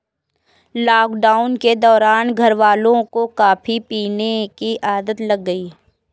lockdown के दौरान घरवालों को कॉफी पीने की आदत लग गई